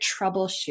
troubleshoot